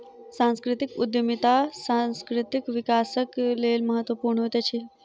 सांस्कृतिक उद्यमिता सांस्कृतिक विकासक लेल महत्वपूर्ण होइत अछि